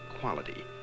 quality